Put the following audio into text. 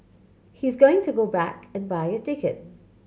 he's going to go back and buy a ticket